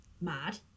mad